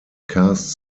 cast